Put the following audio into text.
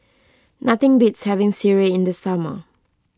nothing beats having Sireh in the summer